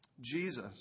Jesus